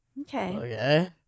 Okay